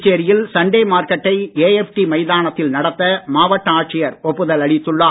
புதுச்சேரியில் சண்டே மார்க்கெட்டை ஏஎப்டி மைதானத்தில் நடத்த மாவட்ட ஆட்சியர் ஒப்புதல் அளித்துள்ளார்